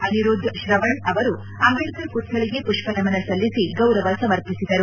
ಅನಿರುದ್ದ್ ತ್ರವಣ್ ಅವರು ಅಂಬೇಡ್ಕರ್ ಪುತ್ಕಳಗೆ ಪುಷ್ಪನಮನ ಸಲ್ಲಿಸಿ ಗೌರವ ಸಮರ್ಪಿಸಿದರು